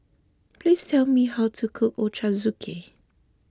please tell me how to cook Ochazuke